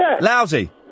Lousy